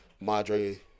madre